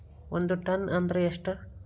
ಒಂದ್ ಟನ್ ಅಂದ್ರ ಎಷ್ಟ?